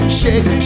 shake